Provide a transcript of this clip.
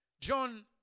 John